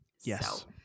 Yes